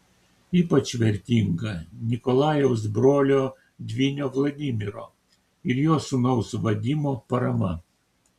ypač vertinga nikolajaus brolio dvynio vladimiro ir jo sūnaus vadimo parama